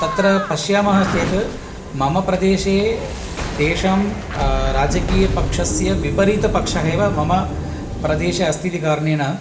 तत्र पश्यामः चेत् मम प्रदेशे तेषां राजकीयपक्षस्य विपरीतपक्षः एव मम प्रदेशे अस्ति इति कारणेन